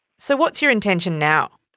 so what's your intention now?